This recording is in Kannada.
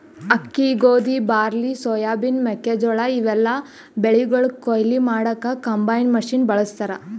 ಅಕ್ಕಿ ಗೋಧಿ ಬಾರ್ಲಿ ಸೋಯಾಬಿನ್ ಮೆಕ್ಕೆಜೋಳಾ ಇವೆಲ್ಲಾ ಬೆಳಿಗೊಳ್ ಕೊಯ್ಲಿ ಮಾಡಕ್ಕ್ ಕಂಬೈನ್ ಮಷಿನ್ ಬಳಸ್ತಾರ್